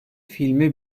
filme